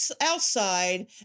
outside